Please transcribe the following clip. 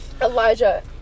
Elijah